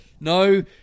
no